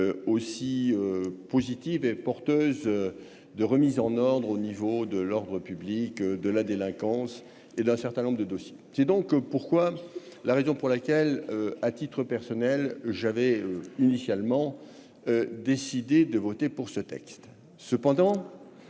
aussi positive et porteuse de remise en ordre au niveau de l'Ordre public de la délinquance et d'un certain nombre de dossiers, c'est donc pourquoi, la raison pour laquelle, à titre personnel j'avais initialement décidé de voter pour ce texte